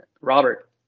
Robert